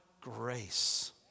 grace